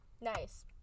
Nice